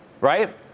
Right